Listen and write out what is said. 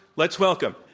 let's welcome,